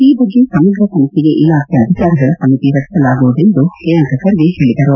ಈ ಬಗ್ಗೆ ಸಮಗ್ರ ತನಿಖೆಗೆ ಇಲಾಖೆಯ ಅಧಿಕಾರಿಗಳ ಸಮಿತಿ ರಚಿಸಲಾಗುವುದು ಎಂದು ಪ್ರಿಯಾಂಕ್ ಖರ್ಗೆ ಹೇಳಿದರು